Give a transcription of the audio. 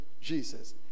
Jesus